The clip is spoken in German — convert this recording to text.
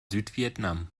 südvietnam